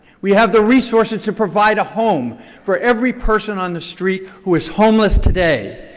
we have the resources to provide a home for every person on the street who is homeless today.